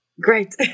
Great